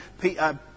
Peter